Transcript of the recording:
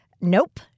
nope